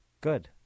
Good